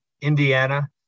Indiana